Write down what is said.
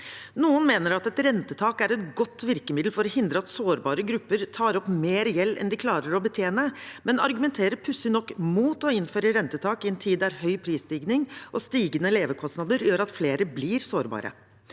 Noen mener at et rentetak er et godt virkemiddel for å hindre at sårbare grupper tar opp mer gjeld enn de klarer å betjene, men argumenterer pussig nok mot å innføre rentetak i en tid da høy prisstigning og stigende levekostnader gjør at flere blir sårbare.